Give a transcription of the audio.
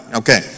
okay